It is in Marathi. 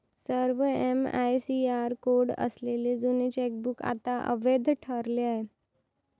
सर्व एम.आय.सी.आर कोड असलेले जुने चेकबुक आता अवैध ठरले आहे